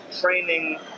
Training